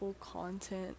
content